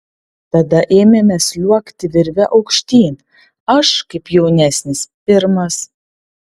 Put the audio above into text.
tada ėmėme sliuogti virve aukštyn aš kaip jaunesnis pirmas